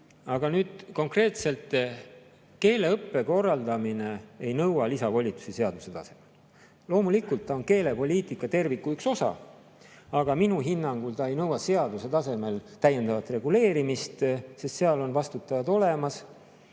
Aga konkreetselt keeleõppe korraldamine ei nõua lisavolitusi seaduse tasemel. Loomulikult, see on keelepoliitika kui terviku üks osa, aga minu hinnangul ei nõua see seaduse tasemel täiendavat reguleerimist, sest seal on vastutajad olemas